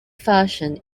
version